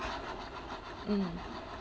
mm